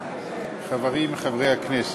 חברים, חברי הכנסת,